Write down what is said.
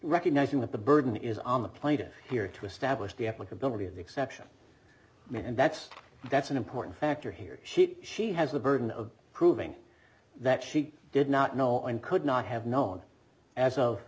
recognizing that the burden is on the plaintiff here to establish the applicability of the exception and that's that's an important factor here shit she has the burden of proving that she did not know and could not have known as of